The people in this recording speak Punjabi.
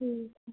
ਠੀਕ ਹੈ